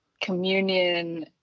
communion